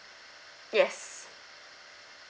yes